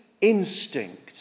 instinct